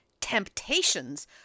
temptations